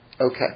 Okay